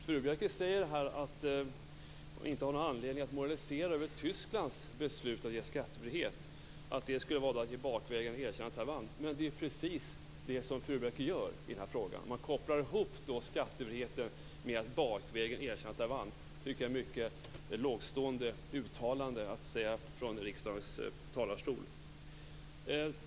Herr talman! Furubjelke säger att hon inte har någon anledning att moralisera över Tysklands beslut att medge skattefrihet och att det skulle vara att erkänna Taiwan bakvägen. Men i den här frågan kopplar Viola Furubjelke just ihop skattefriheten med att bakvägen erkänna Taiwan. Det tycker jag är ett mycket lågtstående uttalande att göra från riksdagens talarstol.